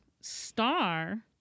star